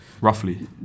Roughly